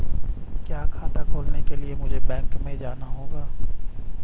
क्या खाता खोलने के लिए मुझे बैंक में जाना होगा?